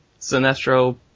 Sinestro